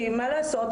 כי מה לעשות,